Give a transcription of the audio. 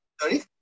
Sorry